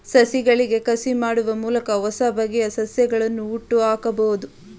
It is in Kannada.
ಸಸಿಗಳಿಗೆ ಕಸಿ ಮಾಡುವ ಮೂಲಕ ಹೊಸಬಗೆಯ ಸಸ್ಯಗಳನ್ನು ಹುಟ್ಟುಹಾಕಬೋದು